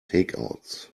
takeouts